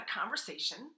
conversation